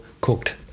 cooked